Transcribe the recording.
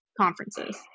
conferences